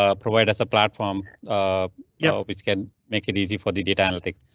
ah provide as a platform ah yeah which can make it easy for the data analytic.